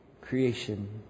creation